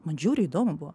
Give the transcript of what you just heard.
man žiauriai įdomu buvo